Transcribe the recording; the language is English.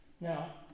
Now